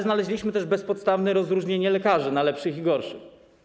Znaleźliśmy też bezpodstawne rozróżnienie lekarzy na lepszych i gorszych.